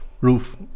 roof